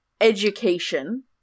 Education